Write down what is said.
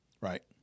Right